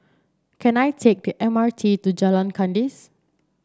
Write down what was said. can I take the M R T to Jalan Kandis